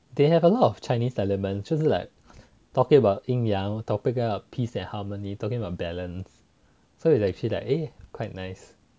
they have a lot of chinese elements 就是 like talking about 阴阳 talking about peace and harmony talking about balance so it's actually like eh quite nice